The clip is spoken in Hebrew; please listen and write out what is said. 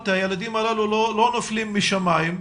הילדים הללו לא נופלים משמיים.